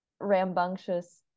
rambunctious